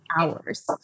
hours